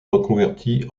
reconvertie